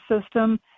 system